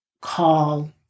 call